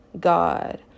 God